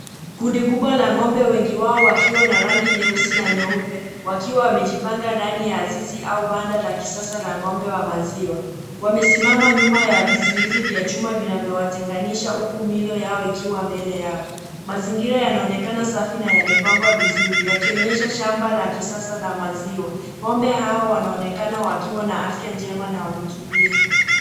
Kundi kubwa la ng'ombe, wengi wao wakiwa na rangi nyeusi na nyeupe wakiwa wamejipanga ndani ya zizi au banda la kisasa la ng'ombe wa maziwa. Wamesimama nyuma ya vizuizi vya chuma vinavyowatenganisha huku milo yao ikiwa mbele yao. Mazingira yanaonekana safi na yamepangwa vizuri yakionyesha shamba la kisasa la maziwa. Ng'ombe hao wanaonekana wakiwa na afya njema na wametulia.